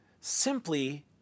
simply